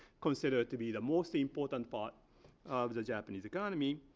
consider to be the most important part of the japanese economy